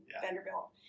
Vanderbilt